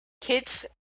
Kids